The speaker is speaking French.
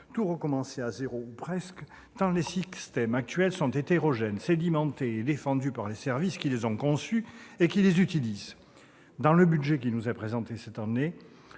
tout recommencer de zéro, ou presque, tant les systèmes actuels sont hétérogènes, sédimentés et « défendus » par les services qui les ont conçus et qui les utilisent. Dans le projet de budget qui nous est présenté cette année,